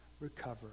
recover